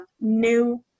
new